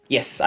Yes